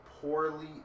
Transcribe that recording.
poorly